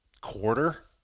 quarter